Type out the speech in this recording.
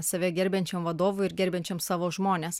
save gerbiančiam vadovui ir gerbiančiam savo žmones